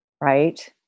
right